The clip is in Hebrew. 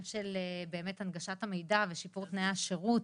של באמת הנגשת המידע ושיפור תנאי השירות,